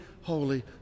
holy